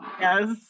Yes